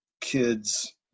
Kids